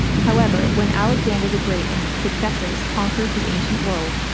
however, when alexander the great and his successors conquered the ancient world,